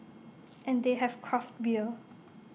and they have craft beer